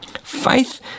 Faith